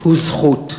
הוא זכות.